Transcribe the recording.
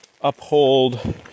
uphold